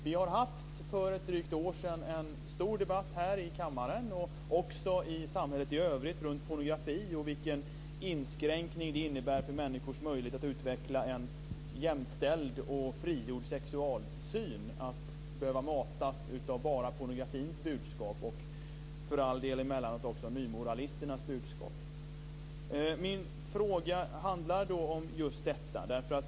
Vi har för drygt ett år sedan haft en stor debatt här i kammaren och också i samhället i övrigt kring pornografi och vilken inskränkning det innebär för människors möjligheter att utveckla en jämställd och frigjord sexualsyn att behöva matas av pornografins budskap och för all del emellanåt också av nymoralisternas budskap. Min fråga handlar om just detta.